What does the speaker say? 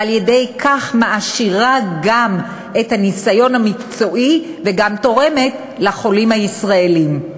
ועל-ידי כך מעשירה גם את הניסיון המקצועי וגם תורמת לחולים הישראלים.